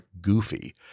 goofy